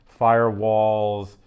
firewalls